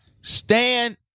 stand